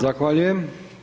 Zahvaljujem.